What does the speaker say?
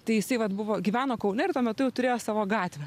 tai jisai vat buvo gyveno kaune ir tuo metu jau turėjo savo gatvę